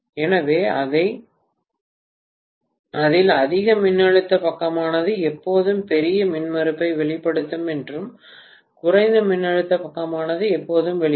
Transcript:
எனவே அதிக மின்னழுத்த பக்கமானது எப்போதும் பெரிய மின்மறுப்பை வெளிப்படுத்தும் மற்றும் குறைந்த மின்னழுத்த பக்கமானது எப்போதும் வெளிப்படும்